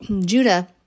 Judah